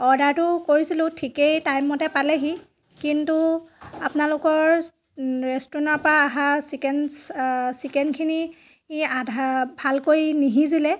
অৰ্দাৰটো কৰিছিলোঁ ঠিকেই টাইমতে পালেহি কিন্তু আপোনালোকৰ ৰেষ্টুৰেণ্টৰ পৰা অহা চিকেন চিকেনখিনি আধা ভালকৈ নিসিজিলে